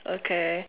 okay